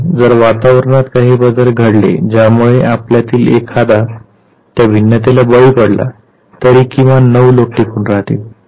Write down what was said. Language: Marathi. आणि जर वातावरणात काही बदल घडले ज्यामुळे आपल्यातील एखादा त्या भिन्नतेला बळी पडला तरी किमान 9 लोक टिकून राहतील